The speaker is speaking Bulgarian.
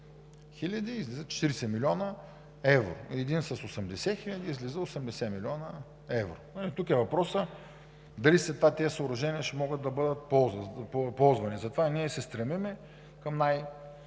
излиза 40 млн. евро, един с 80 хиляди – излиза 80 млн. евро. Тук въпросът е: дали след това тези съоръжения ще могат да бъдат ползвани? Затова и ние се стремим към